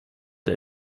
der